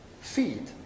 feed